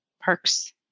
perks